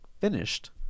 finished